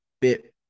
bit